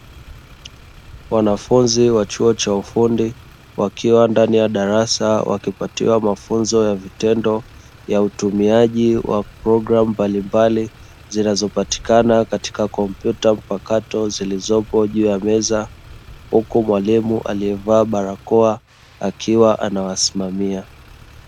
Wanafunzi wa chuo cha ufundi wakiwa ndani ya darasa, wakipatiwa mafunzo ya vitendo ya utumiaji wa programu mbalimabali zinazopatikana katika kompyuta mpakato zilizopo juu ya meza, huku mwalimu aliyevaa barakoa akiwa anawasimamia.